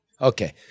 Okay